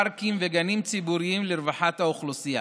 פארקים וגנים ציבוריים לרווחת האוכלוסייה,